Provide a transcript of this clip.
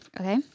okay